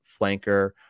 flanker